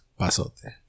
Pasote